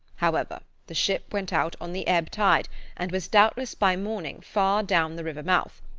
however, the ship went out on the ebb tide and was doubtless by morning far down the river mouth.